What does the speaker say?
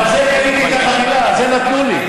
אבל זה, קניתי את החבילה, את זה נתנו לי.